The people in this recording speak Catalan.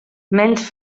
menys